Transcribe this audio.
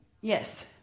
yes